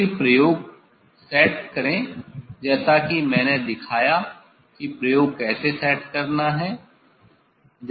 फिर प्रयोग सेट करें जैसा कि मैंने दिखाया कि प्रयोग कैसे सेट करना है